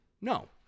No